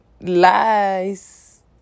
lies